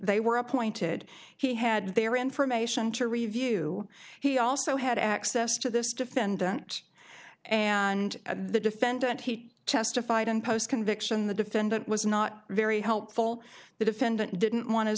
they were appointed he had their information to review he also had access to this defendant and the defendant he testified on post conviction the defendant was not very helpful the defendant didn't want